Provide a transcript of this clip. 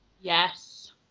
Yes